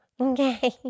Okay